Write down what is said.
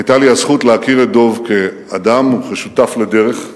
היתה לי הזכות להכיר את דב כאדם וכשותף לדרך.